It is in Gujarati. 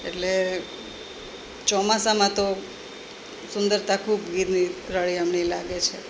એટલે ચોમાસામાં તો સુંદરતા ખૂબ ગીરની રળીયામણી લાગે છે